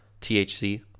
THC